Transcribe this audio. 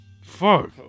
Fuck